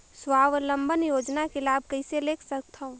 स्वावलंबन योजना के लाभ कइसे ले सकथव?